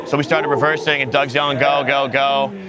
so we started reversing and doug is yelling, go, go, go.